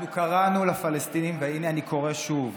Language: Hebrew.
אנחנו קראנו לפלסטינים, והינה, אני קורא שוב,